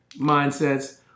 mindsets